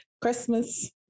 Christmas